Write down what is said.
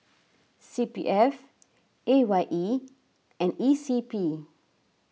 C P F A Y E and E C P